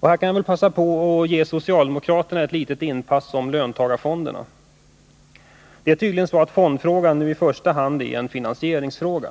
Och här kan jag göra ett inpass till socialdemokraterna om löntagarfonderna. Det är tydligen så att fondfrågan nu i första hand är en finansieringsfråga.